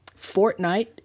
Fortnite